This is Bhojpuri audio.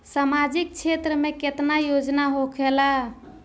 सामाजिक क्षेत्र में केतना योजना होखेला?